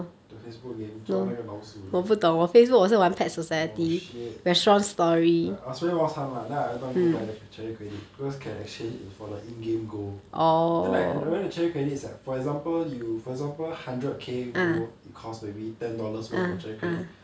the facebook game 抓那个老鼠 oh shit ya I was playing mouse hunt lah then I every time go buy the cherry credit because can exchange for the in game gold then I like I the cherry credits like for example you for example hundred k~ gold it cost maybe ten dollars worth of cherry credit